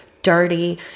dirty